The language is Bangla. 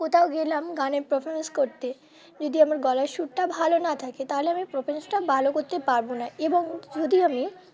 কোথাও গেলাম গানের পারফরমেন্স করতে যদি আমার গলার সুরটা ভালো না থাকে তাহলে আমি পারফরমেন্সটা ভালো করতে পারবো না এবং যদি আমি